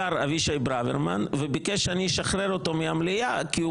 השר אבישי ברוורמן וביקש שאני אשחרר אותו מהמליאה כי הוא